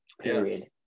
Period